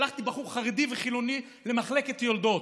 שלחתי בחור חרדי ובחור חילוני למחלקת יולדות.